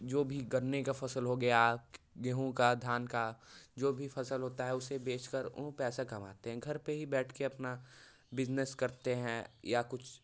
जो भी गन्ने का फसल हो गया गेहूँ का धान का जो भी फसल होता है उसे बेचकर वह पैसा कमाते हैं घर पर ही बैठ कर अपना बिजनस करते हैं या कुछ